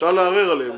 אפשר לערער עליהם.